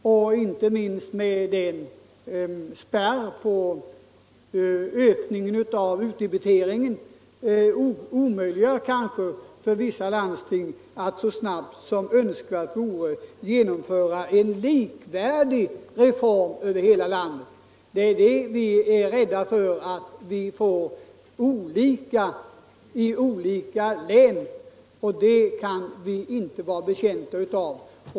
Den spärr som satts för en höjning av utdebiteringen gör det kanske också omöjligt för vissa landsting att så snabbt som önskvärt vore genomföra en för hela landet likartad reform. Vi är rädda för att det kan bli olika regler i olika län och det kan ingen vara betjänt av.